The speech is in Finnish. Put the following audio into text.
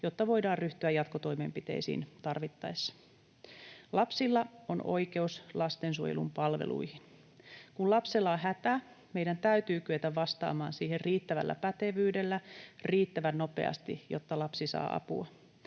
jotta voidaan ryhtyä jatkotoimenpiteisiin tarvittaessa. Lapsilla on oikeus lastensuojelun palveluihin. Kun lapsella on hätä, meidän täytyy kyetä vastaamaan siihen riittävällä pätevyydellä riittävän nopeasti, jotta lapsi saa apua.